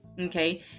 okay